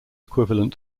equivalent